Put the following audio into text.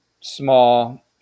small